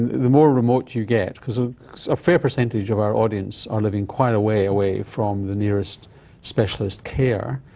the more remote you get. cause ah a fair percentage of our audience are living quite a way a way from the nearest specialist care.